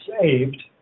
saved